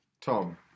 Tom